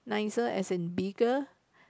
nicer as and bigger